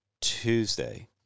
Tuesday